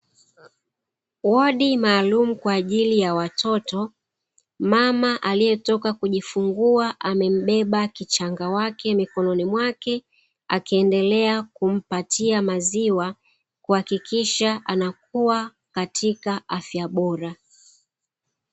Wodi maalumu kwa ajili ya watoto. Mama aliyetoka kujifungua amembeba kichanga wake mikononi mwake, akiendelea kumpatia maziwa kuhakikisha anakua katika afya bora.